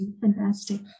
fantastic